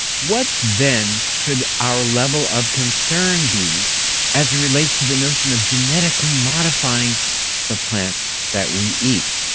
what then should our level of concern be as it relates to the notion of genetically modifying the plants that we eat?